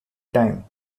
time